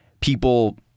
people